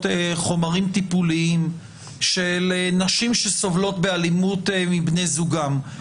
חומרים טיפוליים של נשים שסובלות אלימות מבני זוגן,